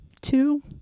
two